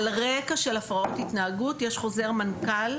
על רקע של הפרעות התנהגות יש חוזר מנכ"ל.